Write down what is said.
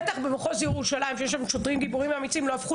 בטח במחוז ירושלים שיש שם שוטרים גיבורים ואמיצים לא הפכו